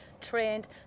trained